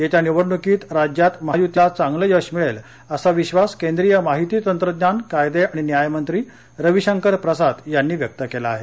येत्या निवडणुकीत राज्यात महायुतीला चांगलं यश मिळेल असा विश्वास केंद्रीय माहिती तंत्रज्ञान कायदे आणि न्याय मंत्री रविशंकर प्रसाद यांनीव्यक्त केला आहे